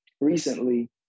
recently